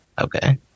Okay